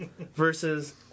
versus